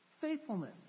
faithfulness